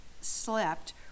slept